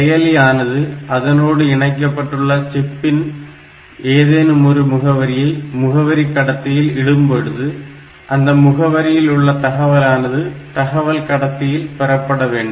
செயலியானது அதனோடு இணைக்கப்பட்டுள்ள சிப்பின் ஏதேனும் ஒரு முகவரியை முகவரி கடத்தியில் இடும்பொழுது அந்த முகவரியில் உள்ள தகவலானது தகவல் கடத்தியில் பெறப்படவேண்டும்